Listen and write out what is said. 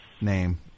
name